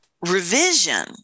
revision